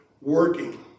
working